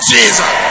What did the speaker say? Jesus